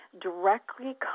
directly